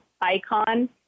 icon